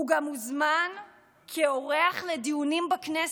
הוא גם מוזמן כאורח לדיונים בכנסת,